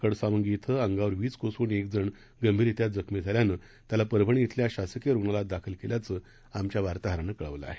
कडसावंगी इथं अंगावर वीज कोसळून एकजण गंभीररित्या जखमी झाल्यानं त्याला परभणी इथल्या शासकीय रुग्णालयात दाखल केल्याचं आमच्या वार्ताहरानं कळवलं आहे